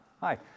Hi